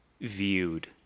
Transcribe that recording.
viewed